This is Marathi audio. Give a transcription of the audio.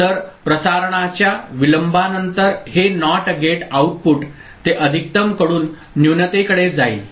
तर प्रसारणाच्या विलंबानंतर हे NOT गेट आउटपुट ते अधिकतम कडून न्यूनतेकडे जाईल